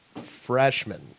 freshman